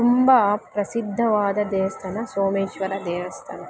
ತುಂಬ ಪ್ರಸಿದ್ಧವಾದ ದೇವಸ್ಥಾನ ಸೋಮೇಶ್ವರ ದೇವಸ್ಥಾನ